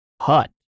hut